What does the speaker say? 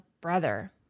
brother